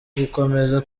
gukomeza